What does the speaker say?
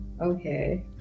Okay